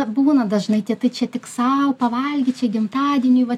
būna dažnai tie tai čia tik sau pavalgyt čia gimtadieniui va